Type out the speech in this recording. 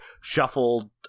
shuffled